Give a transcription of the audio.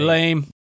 Lame